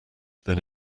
then